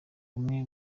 bamwe